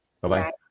Bye-bye